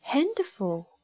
Handful